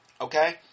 okay